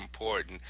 important